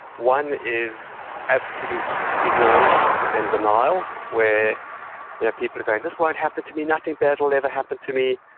one is absolute ignorance and denial where people are going, this won't happen to me. nothing bad will ever happen to me,